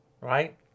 right